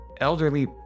elderly